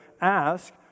ask